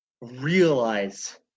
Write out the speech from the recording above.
realize